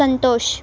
Santosh